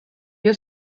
your